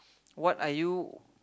what are you